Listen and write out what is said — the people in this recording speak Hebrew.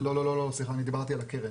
אני דיברתי על הקרן.